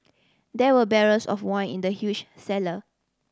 there were barrels of wine in the huge cellar